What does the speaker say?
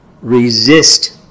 resist